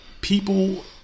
people